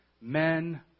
Men